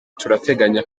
turateganya